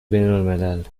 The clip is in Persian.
بینالملل